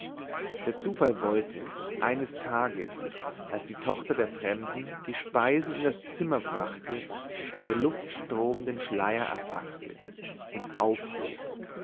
der zufall wollte daß eines tages als die tochter der fremden die speisen in das zimmer brachte der luftstrom den schleier erfaßte und